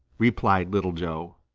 replied little joe.